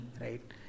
right